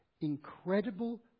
incredible